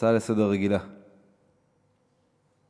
הצעה רגילה לסדר-היום.